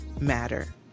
matter